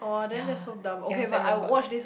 ya ya so everyone got mad